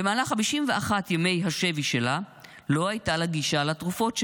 במהלך 51 ימי השבי שלה לא הייתה לה גישה לתרופות שלה,